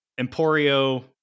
Emporio